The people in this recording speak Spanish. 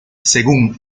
según